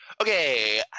okay